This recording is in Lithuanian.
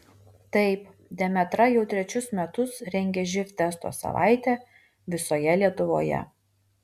taip demetra jau trečius metus rengia živ testo savaitę visoje lietuvoje